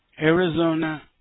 Arizona